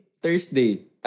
Thursday